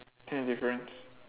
tenth difference